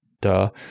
Duh